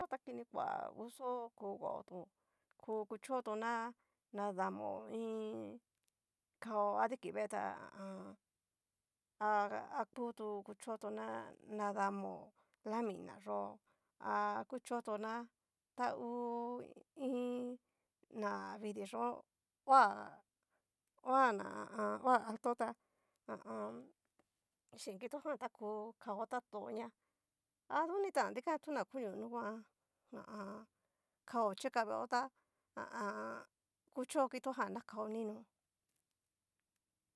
Tikoja ta kini koa uso ku kuaton ku kuchoton na nadamo iin kao adiki vee ta ha a an. ha ha kutu kuchontona nadamo, lamina yó ha kuchioto na ta ngu. iin, navidii yó oha oha ná ha a an. oha alto tá ha a an. chin kito jan ta kú kao ta to ña aduni tan dikan toña konio nu nguan ha a an. kao chika yó tá ha a an. kucho kito jan na kao nino.